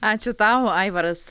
ačiū tau aivaras